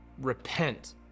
repent